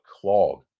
clog